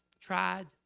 tried